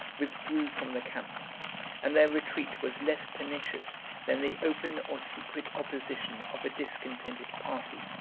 withdrew from the camp and their retreat was less pernicious than the open or secret opposition of a discontented party,